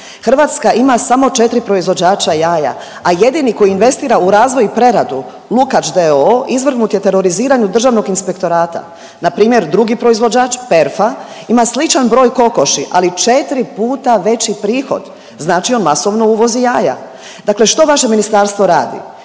Hrvatska ima samo 4 proizvođača jaja, a jedini koji investira u razvoj i preradu, Lukač d.o.o., izvrgnut je teroriziranju Državnog inspektorata. Npr. drugi proizvođač, Perfa, ima sličan broj kokoši, ali 4 puta veći prihod, znači on masovno uvozi jaja. Dakle što vaše ministarstvo radi?